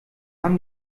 haben